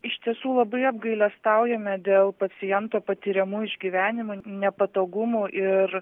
iš tiesų labai apgailestaujame dėl paciento patiriamų išgyvenimų nepatogumų ir